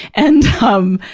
and, um,